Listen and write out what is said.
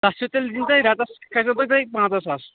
تتھ چھِ تیٚلہِ دِنۍ تۅہہِ رٮ۪تس کھَسٮ۪و تیٚلہِ تۅہہِ پنٛژاہ ساس